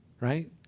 right